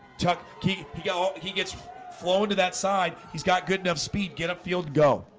chuck key you go he gets flowing to that side he's got good enough speed get upfield go,